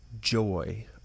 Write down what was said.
joy